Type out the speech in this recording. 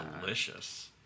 delicious